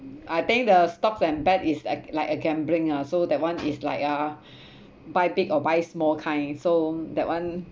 I think the stocks and bet is act~ like a gambling uh so that one is like uh buy big or buy small kind so that one